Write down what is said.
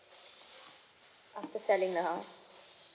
after selling the house